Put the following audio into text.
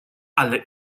ale